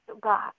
God